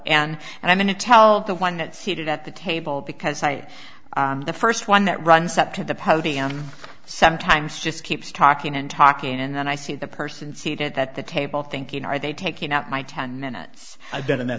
and and i'm going to tell the one that seated at the table because i the first one that runs up to the podium sometimes just keeps talking and talking and then i see the person seated that the table thinking are they taking out my ten minutes i've been in